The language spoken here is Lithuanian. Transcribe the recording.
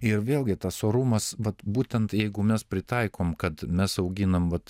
ir vėlgi tas orumas vat būtent jeigu mes pritaikom kad mes auginam vat